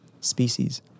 species